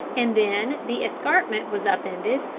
and then the escarpment was up-ended,